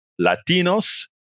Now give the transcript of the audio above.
Latinos